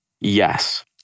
yes